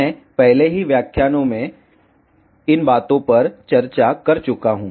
मैं पहले ही व्याख्यानो में इन बातों पर चर्चा कर चुका हूँ